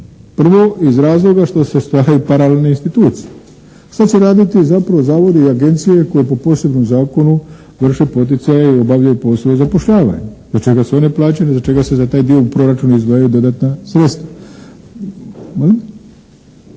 Prvo iz razloga što se stvaraju paralelne institucije. Šta će raditi zapravo zavodi i agencije koje po posebnom zakonu vrše poticaje i obavljaju poslove zapošljavanja, za čega su one plaćene, za čega se taj dio u proračunu izdvajaju dodatna sredstva.